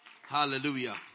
Hallelujah